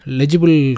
legible